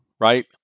right